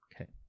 Okay